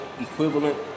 Equivalent